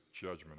judgment